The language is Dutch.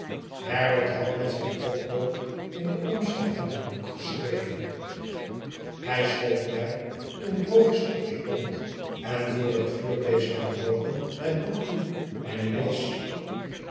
herbert had met zijn potlood in den omslag van een boek geschreven hij schoof mij toen provis opstond en voor het vuur bleef staan rooken het boek toe en ik las